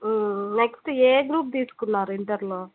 next ఏ group తీసుకున్నారు ఇంటర్లో